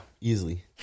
easily